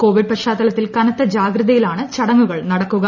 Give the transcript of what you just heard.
Covid പശ്ചാത്തലത്തിൽ കനത്ത ജാഗ്രതയിലാണ് ചടങ്ങുകൾ നടക്കുക